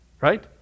Right